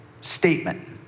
statement